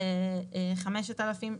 5,000""